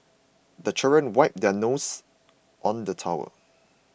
the children wipe their nose on the towel